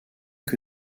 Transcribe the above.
que